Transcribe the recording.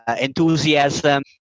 enthusiasm